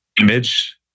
image